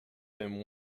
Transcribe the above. him